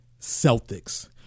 Celtics